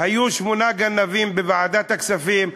היו שמונה גנבים בוועדת הכספים,